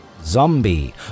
Zombie